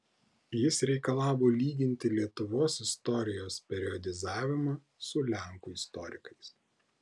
jis reikalavo lyginti lietuvos istorijos periodizavimą su lenkų istorikais